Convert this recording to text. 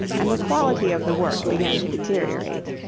and the quality of the work began to deteriorate.